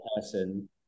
person